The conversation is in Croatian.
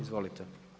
Izvolite.